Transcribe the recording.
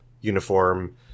uniform